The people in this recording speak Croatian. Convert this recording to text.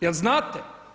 Je li znate?